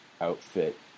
outfit